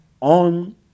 on